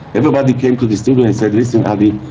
everybody came to the studio and said, listen adi,